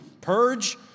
Purge